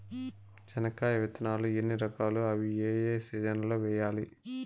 చెనక్కాయ విత్తనాలు ఎన్ని రకాలు? అవి ఏ ఏ సీజన్లలో వేయాలి?